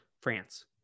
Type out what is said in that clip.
France